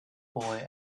boy